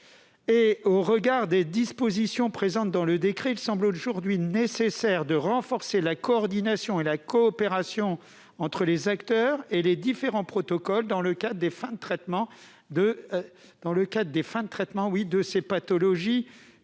Eu égard aux dispositions présentes dans le décret, il semble nécessaire de renforcer la coordination et la coopération entre les acteurs et les différents protocoles, lors de la fin des traitements dans ces pathologies